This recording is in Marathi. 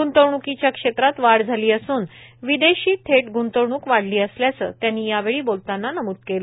ग्ंतवणूकीच्या क्षेत्रात वाढ झाली असून विदेशी थेट ग्ंतवणूक वाढली असल्याचं त्यांनी यावेळी बोलताना नमूद केलं